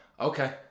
Okay